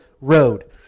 Road